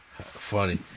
Funny